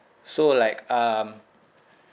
so like um